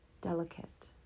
delicate